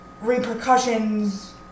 repercussions